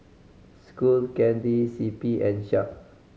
Skull Candy C P and Sharp